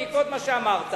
בעקבות מה שאמרת,